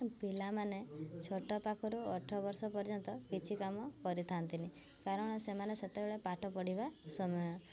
ପିଲାମାନେ ଛୋଟ ପାଖରୁ ଅଠର ବର୍ଷ ପର୍ଯ୍ୟନ୍ତ କିଛି କାମ କରିଥାନ୍ତିନି କାରଣ ସେମାନେ ସେତେବେଳେ ପାଠ ପଢ଼ିବା ସମୟ